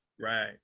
Right